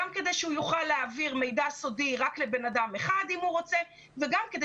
גם כדי שהוא יוכל להעביר מידע סודי רק לבן אם אחד אם הוא רוצה וגם כדי